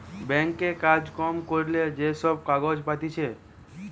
bank এ কাজ কম করিলে যে সব কাগজ পাতিছে